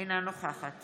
אינה נוכחת